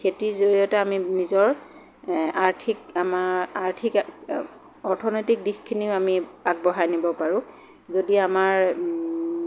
খেতিৰ জৰিয়তে আমি নিজৰ আৰ্থিক আমাৰ আৰ্থিক অৰ্থনৈতিক দিশখিনিও আমি আগবঢ়াই নিব পাৰোঁ যদি আমাৰ